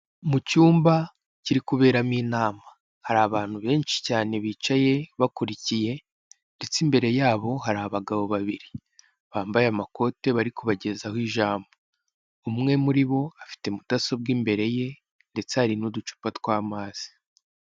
Mu cyumba kiri kuberamo inama, hari abantu benshi cyane bicaye bakurikiye ndetse imbere yabo hari abagabo babiri, bambaye amakote, bari kubagezaho ijambo. Umwe muri bo afite mudasobwa imbere ye ndetse hari n'uducupa tw'amazi.